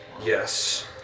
Yes